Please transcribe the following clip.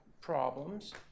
problems